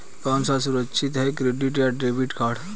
कौन सा सुरक्षित है क्रेडिट या डेबिट कार्ड?